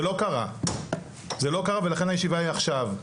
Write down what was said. זה לא קרה ולכן הישיבה היא עכשיו,